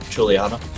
Juliana